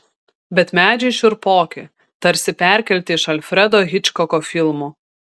bet medžiai šiurpoki tarsi perkelti iš alfredo hičkoko filmų